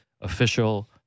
official